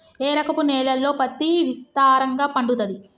ఏ రకపు నేలల్లో పత్తి విస్తారంగా పండుతది?